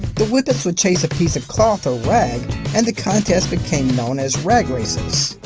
the whippets would chase a piece of cloth or rag, and the contests became known as rag races.